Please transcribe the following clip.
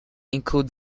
include